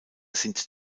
sind